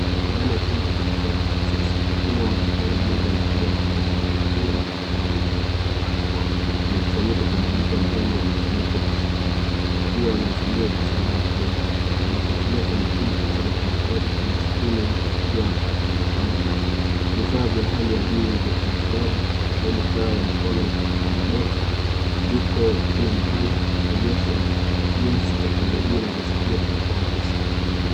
Ndani ya chumba cha upasuaji cha kisasa, timu ya madaktari bingwa wamevalia mavazi maalum ya buluu na barakoa. Wamekusanyika kumzunguka mgonjwa aliyefunikwa kwa shuka, wakiwa wanamfanyia upasuaji mgumu. Wanafuatilia kwa makini picha za kimatibabu kwenye skrini kubwa za kielektroniki. Vifaa vya hali ya juu vya kimatibabu, vikiwemo taa ya mkono ya roboti, viko kila mahali vikionyesha jinsi teknolojia inavyosaidia kuokoa maisha.